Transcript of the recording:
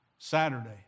Saturday